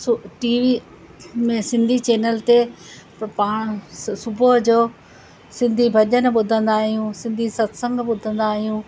सु TV में Sindhi channel ते पाणि सुबुह जो सिंधी भॼन ॿुधंदा आहियूं सिंधी सत्संग ॿुधंदा आहियूं